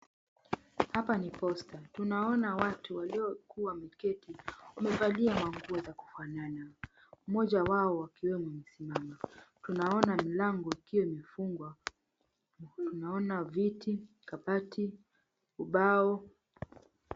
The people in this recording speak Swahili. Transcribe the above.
Hapa ni posta tunaona watu waliokuwa wameketi wamevalia manguo za kufanana mmoja wao akiwa amesimama tunaona mlango ikiwa imefungwa, tunaona viti, kabati, ubao.